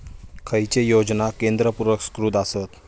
खैचे योजना केंद्र पुरस्कृत आसत?